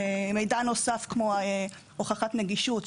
יש מידע נוסף כמו הוכחת נגישות,